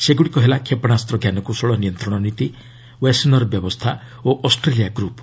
ସେଗୁଡ଼ିକ ହେଲା କ୍ଷେପଣାସ୍ତ ଜ୍ଞାନକୌଶଳ ନିୟନ୍ତ୍ରଣ ନୀତି ୱାସେନର୍ ବ୍ୟବସ୍ଥା ଓ ଅଷ୍ଟ୍ରେଲିୟା ଗ୍ରପ୍